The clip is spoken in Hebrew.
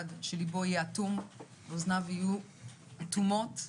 שליבו יהיה אטום ואוזניו יהיו אטומות.